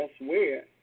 elsewhere